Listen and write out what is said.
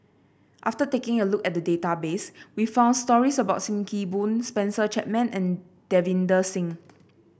after taking a look at the database we found stories about Sim Kee Boon Spencer Chapman and Davinder Singh